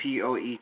POET